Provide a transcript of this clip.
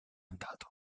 andato